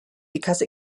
because